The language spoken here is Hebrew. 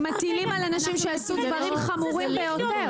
הם מטילים על אנשים שעשו דברים חמורים ביותר.